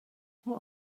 what